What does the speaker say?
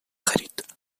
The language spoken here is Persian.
خرید